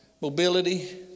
mobility